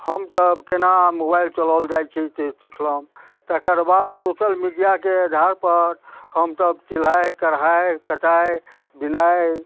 हम सब केना मोबाइल चलाओल जाइ छी से सिखलहुँ तकर बाद हम सोशल मीडियाके आधारपर हम तब सिलाई कढ़ाइ कटाई बिनाइ